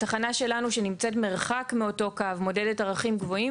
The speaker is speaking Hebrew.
התחנה שלנו שנמצאת מרחק מאותו קו מודדת ערכים גבוהים